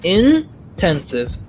intensive